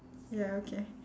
ya okay